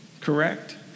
correct